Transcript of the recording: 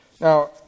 Now